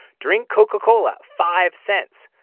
drink coca-cola, five cents.